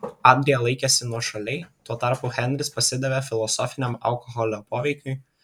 adrija laikėsi nuošaliai tuo tarpu henris pasidavė filosofiniam alkoholio poveikiui